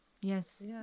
Yes